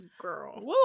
girl